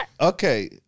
okay